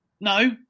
No